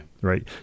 right